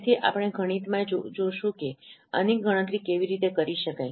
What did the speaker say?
તેથી આપણે ગણિતમાં જોશું કે આની ગણતરી કેવી રીતે કરી શકાય